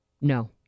No